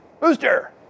Booster